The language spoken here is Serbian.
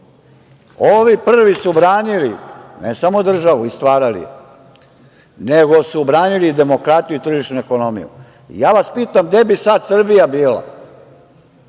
prvi su branili ne samo državu, i stvarali, nego su branili i demokratiju i tržišnu ekonomiju. Ja vas pitam gde bi sada Srbija bila